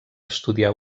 estudiar